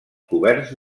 coberts